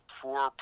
poor